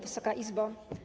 Wysoka Izbo!